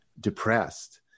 depressed